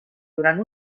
durant